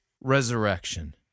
resurrection